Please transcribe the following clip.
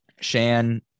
Shan